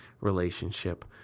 relationship